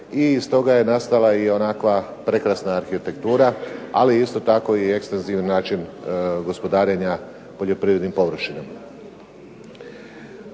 i iz toga je nastala onakva prekrasna arhitektura ali i isto tako ekstenzivni način gospodarenja poljoprivrednim površinama.